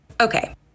Okay